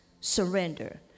surrender